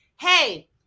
hey